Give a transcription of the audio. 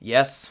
Yes